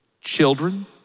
children